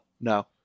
no